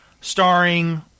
starring